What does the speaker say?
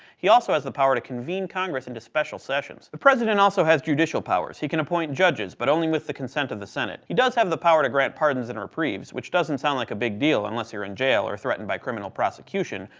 he also has the power to convene congress into special sessions. the president also has judicial powers. he can appoint judges, but only with the consent of the senate. he does have the power to grant pardons and reprieves, which doesn't sound like a big deal, unless you're in jail or threatened by criminal prosecution,